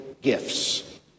gifts